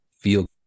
feel